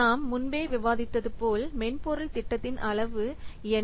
நாம் முன்பே விவாதித்தது போல் மென்பொருள் திட்டத்தின் அளவு என்ன